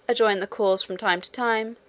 adjourn the cause from time to time,